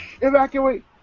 evacuate